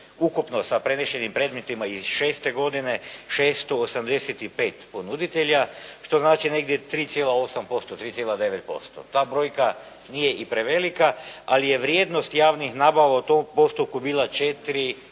se ne razumije./… predmetima iz 2006. godine 685 ponuditelja što znači negdje 3,8%, 3,9%. Ta brojka nije i prevelika, ali je vrijednost javnih nabava u tom postupku bila 4